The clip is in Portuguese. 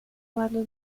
lado